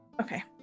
Okay